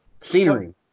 Scenery